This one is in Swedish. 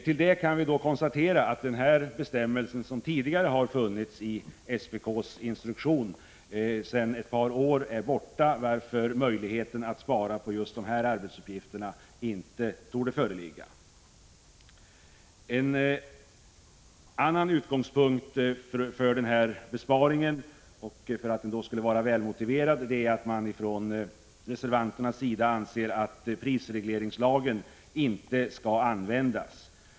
Vi kan emellertid konstatera att den bestämmelse om sådana förhandlingar som tidigare har funnits i SPK:s instruktion sedan ett par år är borttagen, varför möjlighet att spara på just dessa arbetsuppgifter inte torde föreligga. En annan utgångspunkt för att denna besparing skulle vara välmotiverad är enligt reservanternas uppfattning att prisregleringslagen inte bör användas.